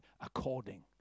according